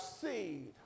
seed